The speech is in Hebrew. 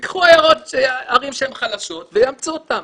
וייקחו ערים שהן חלשות ויאמצו אותן.